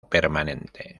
permanente